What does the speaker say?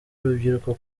urubyiruko